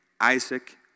Isaac